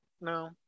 No